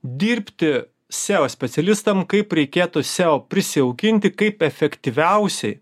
dirbti seo specialistam kaip reikėtų seo prisijaukinti kaip efektyviausiai